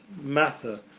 matter